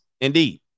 Indeed